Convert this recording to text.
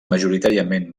majoritàriament